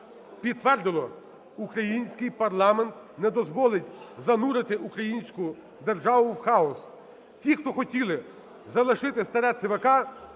підтвердило: український парламент не дозволить занурити українську державу в хаос. Ті, хто хотіли залишити старе ЦВК,